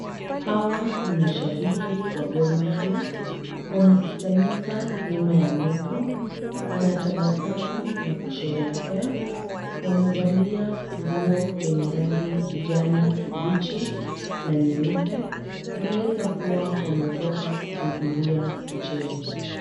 Hawa ni mashabiki wa gor mahia wamekusanyika nyuma ya mto. Wanatabasamu na kusherehekea. Wamevaa nguo lenye rangi kijani kibichi na nyeupe. Wanaweza kuwa wametoka kuhudhuria mchezo.